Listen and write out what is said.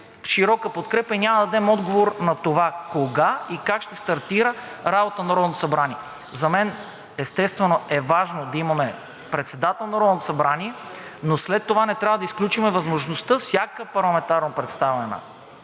широка подкрепа и няма да дадем отговор на това кога и как ще стартира работата на Народното събрание. За мен, естествено, е важно да имаме председател на Народното събрание, но след това не трябва да изключим възможността всяка парламентарно представена